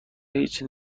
هیچ